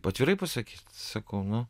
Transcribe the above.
atvirai pasakyt sakau nu